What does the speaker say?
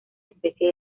especie